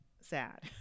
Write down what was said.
sad